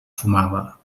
fumava